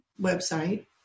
website